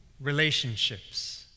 relationships